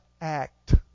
act